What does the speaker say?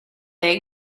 they